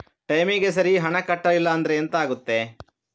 ಟೈಮಿಗೆ ಸರಿ ಹಣ ಕಟ್ಟಲಿಲ್ಲ ಅಂದ್ರೆ ಎಂಥ ಆಗುತ್ತೆ?